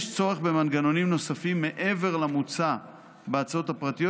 יש צורך במנגנונים נוספים מעבר למוצע בהצעות הפרטיות